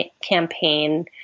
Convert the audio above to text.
campaign